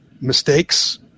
mistakes